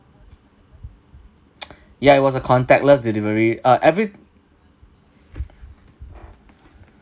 ya it was a contactless delivery uh every